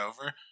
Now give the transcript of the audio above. over